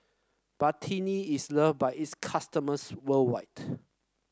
Betadine is loved by its customers worldwide